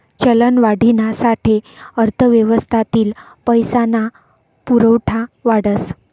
चलनवाढीना साठे अर्थव्यवस्थातील पैसा ना पुरवठा वाढस